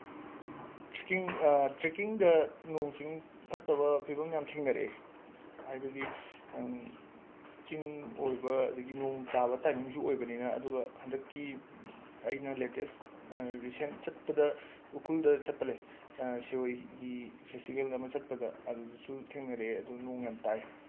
trekking ꯇ꯭ꯔꯦꯀꯤꯡꯗ ꯅꯣꯡ ꯏꯁꯤꯡ ꯐꯠꯇꯕ ꯐꯤꯕꯝ ꯌꯥꯝ ꯊꯦꯡꯅꯔꯛꯑꯦ ꯍꯥꯏꯕꯗꯤ ꯆꯤꯡ ꯑꯣꯏꯕ ꯑꯗꯒꯤ ꯅꯣꯡ ꯇꯥꯕ ꯇꯥꯏꯃꯤꯡꯁꯨ ꯑꯣꯏꯕꯅꯤꯅ ꯑꯗꯨꯒ ꯍꯟꯗꯛꯀꯤ ꯑꯩꯅ ꯂꯦꯇꯦꯁ ꯔꯤꯁꯦꯟ ꯆꯠꯄꯗ ꯎꯈ꯭ꯔꯨꯜꯗ ꯆꯠꯄ ꯂꯩ ꯁꯤꯔꯣꯏꯒꯤ ꯐꯦꯁꯇꯤꯚꯦꯜꯗ ꯑꯃ ꯆꯠꯄꯗ ꯑꯗꯨꯗꯁꯨ ꯊꯦꯡꯅꯔꯛꯑꯦ ꯑꯗꯨ ꯅꯣꯡ ꯌꯥꯝ ꯇꯥꯏ